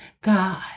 god